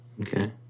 Okay